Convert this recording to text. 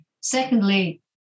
Secondly